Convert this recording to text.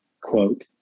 quote